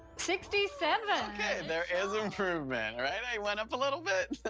sixty seven! okay, there is improvement! right? i went up a little bit!